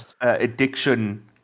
addiction